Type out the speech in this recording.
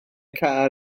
car